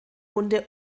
hunde